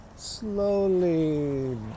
slowly